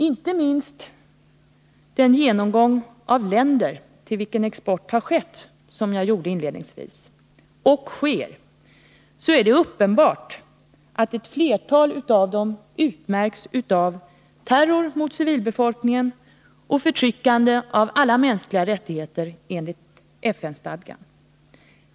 Inte minst den genomgång av länder till vilka export har skett och sker som jag gjorde inledningsvis gör det uppenbart att ett flertal av dem utmärks av terror mot civilbefolkningen och förtryckande av alla mänskliga rättigheter enligt FN-stadgan.